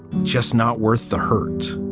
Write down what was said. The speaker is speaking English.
just not worth the hurt?